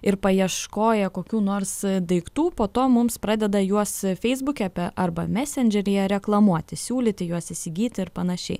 ir paieškoję kokių nors daiktų po to mums pradeda juos feisbuke apie arba mesendžeryje reklamuoti siūlyti juos įsigyti ir panašiai